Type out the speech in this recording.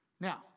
Now